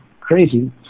crazy